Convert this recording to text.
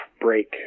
break